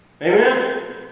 Amen